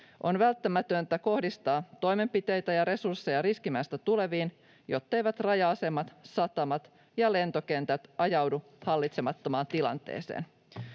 On välttämätöntä kohdistaa toimenpiteitä ja resursseja riskimaista tuleviin, jotteivät raja-asemat, satamat ja lentokentät ajaudu hallitsemattomaan tilanteeseen.